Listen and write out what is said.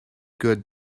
good